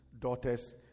daughters